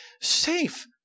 safe